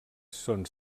són